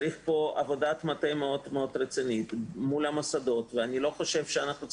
צריך לעשות פה עבודת מטה רצינית מול המוסדות ואני חושב שאנחנו לא